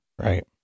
Right